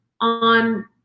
on